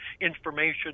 information